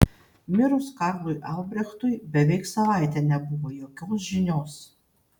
mirus karlui albrechtui beveik savaitę nebuvo jokios žinios